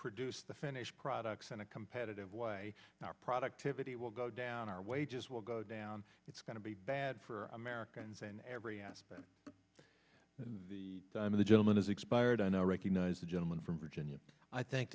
produce the finished products in a competitive way our productivity will go down our wages will go down it's going to be bad for americans in every aspect of the of the gentleman has expired and i recognize the gentleman from virginia i thank